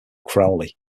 crowley